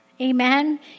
Amen